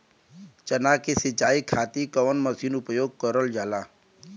चना के सिंचाई खाती कवन मसीन उपयोग करल जाला?